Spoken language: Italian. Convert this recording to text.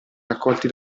raccolti